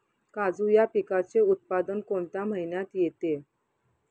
काजू या पिकाचे उत्पादन कोणत्या महिन्यात येते?